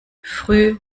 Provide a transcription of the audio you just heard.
früh